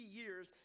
years